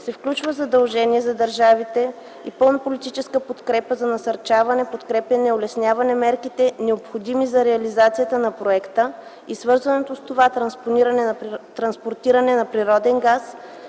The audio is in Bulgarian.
се включва задължение за държавите за пълна политическа подкрепа и за насърчаване, подкрепяне и улесняване мерките, необходими за реализацията на проекта, и свързаното с това транспортиране на природен газ